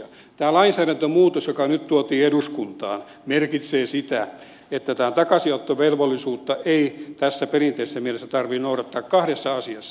tämä lainsäädäntömuutos joka nyt tuotiin eduskuntaan merkitsee sitä että tätä takaisinottovelvollisuutta ei tässä perinteisessä mielessä tarvitse noudattaa kahdessa asiassa